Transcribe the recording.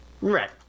Right